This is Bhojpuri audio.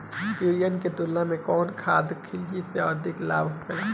यूरिया के तुलना में कौन खाध खल्ली से अधिक लाभ होखे?